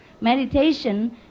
Meditation